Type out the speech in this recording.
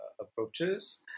approaches